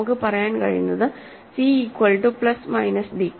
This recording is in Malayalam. നമുക്ക് പറയാൻ കഴിയുന്നത് C equal to plus minus D